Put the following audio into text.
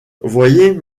voyez